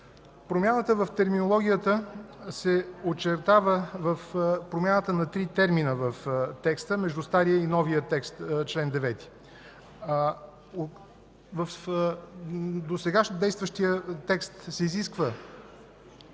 Промяната в терминологията се очертава в промяната на три термина в текста – между стария и новия текст на чл. 9. В досега действащия текст се изисква